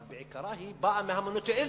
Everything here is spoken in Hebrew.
בעיקרו בא מהמונותיאיזם.